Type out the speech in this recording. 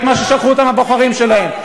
מה שבשבילו שלחו אותם הבוחרים שלהם,